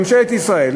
ממשלת ישראל,